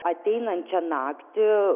ateinančią naktį